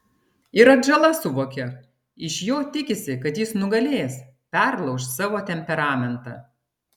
ir atžala suvokia iš jo tikisi kad jis nugalės perlauš savo temperamentą